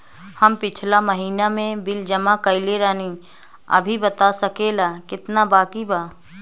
हम पिछला महीना में बिल जमा कइले रनि अभी बता सकेला केतना बाकि बा?